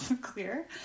Clear